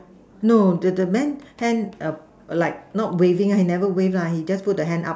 no the the man hand err like not waving he never wave lah he just put the hand up